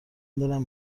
دلم